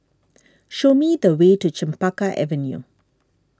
show me the way to Chempaka Avenue